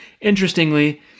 Interestingly